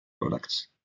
products